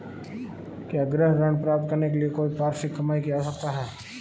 क्या गृह ऋण प्राप्त करने के लिए कोई वार्षिक कमाई की आवश्यकता है?